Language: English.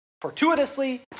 fortuitously